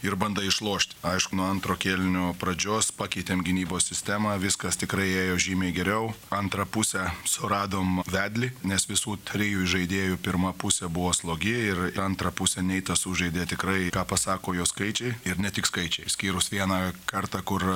ir bandai išlošt aišku nuo antro kėlinio pradžios pakeitėm gynybos sistemą viskas tikrai ėjo žymiai geriau antrą pusę suradom vedlį nes visų trijų įžaidėjų pirma pusė buvo slogi ir antrą pusę neitas sužaidė tikrai ką pasako jo skaičiai ir ne tik skaičiai išskyrus vieną kartą kur